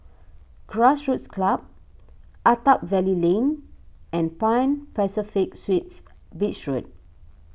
Grassroots Club Attap Valley Lane and Pan Pacific Suites Beach Road